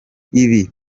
ibi